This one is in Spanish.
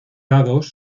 dados